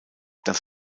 das